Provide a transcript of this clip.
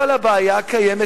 הבעיה קיימת